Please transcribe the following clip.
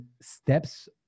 steps